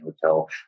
Hotel